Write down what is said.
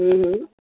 हूं हूं